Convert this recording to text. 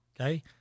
Okay